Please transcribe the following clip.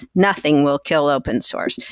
nothing will kill open source.